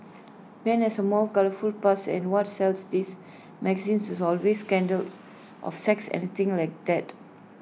Ben has A more colourful past and what sells these magazines is always scandals of sex anything like that